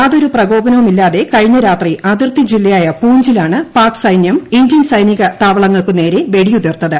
യാതൊരു പ്രകോപനവുമില്ലാതെ ്ക്ഷിഞ്ഞ രാത്രി അതിർത്തി ജില്ലയായ പൂഞ്ചിലാണ് പാക് സൈന്യം ഇന്ത്യൻ സൈനിക താവളങ്ങൾക്ക് നേരെ വെടിയുതിർത്തത്